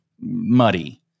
muddy